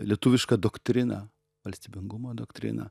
lietuvišką doktriną valstybingumo doktriną